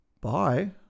bye